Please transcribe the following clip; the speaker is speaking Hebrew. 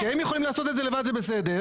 שהם יכולים לעשות את זה לבד זה בסדר,